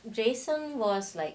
jason was like